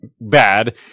bad